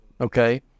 okay